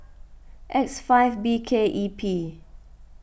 X five B K E P